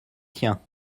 tiens